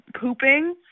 pooping